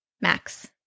Max